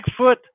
Bigfoot